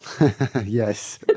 Yes